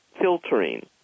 filtering